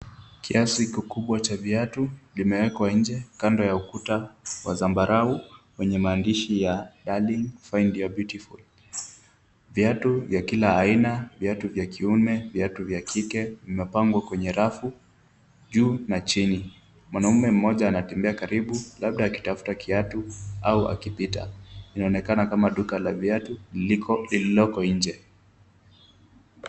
Kiasi kikubwa cha viatu vimewekwa nje kando ya ukuta wa zambarau wenye maandishi ya Darling find you're beautiful . Viatu vya kila aina, viatu vya kiume, viatu vya kike vimepangwa kwenye rafu juu na chini. Mwanaume mmoja anatembea karibu labda akitafuta kiatu au akipita. Inaonekana kama duka la viatu lililoko nje.